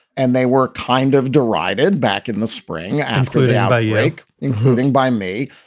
and they were kind of derided back in the spring after the outbreak, including by me.